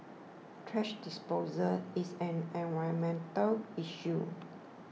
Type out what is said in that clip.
thrash disposal is an environmental issue